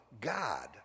God